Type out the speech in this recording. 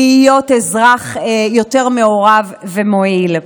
להיות אזרח יותר מעורב ומועיל.